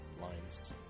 lines